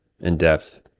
in-depth